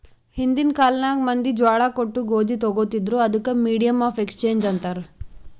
ಹಿಂದಿನ್ ಕಾಲ್ನಾಗ್ ಮಂದಿ ಜ್ವಾಳಾ ಕೊಟ್ಟು ಗೋದಿ ತೊಗೋತಿದ್ರು, ಅದಕ್ ಮೀಡಿಯಮ್ ಆಫ್ ಎಕ್ಸ್ಚೇಂಜ್ ಅಂತಾರ್